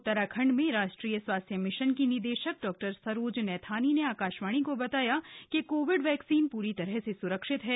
उत्तराखंड में राष्ट्रीय स्वास्थ्य मिशन की निदेशक डॉ सरोज नैथानी ने आकाशवाणी को बताया कि कोविड वैक्सीन प्री तरह से सुरक्षित है